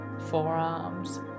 forearms